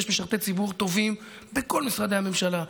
יש משרתי ציבור טובים בכל משרדי הממשלה,